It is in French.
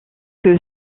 que